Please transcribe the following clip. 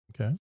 Okay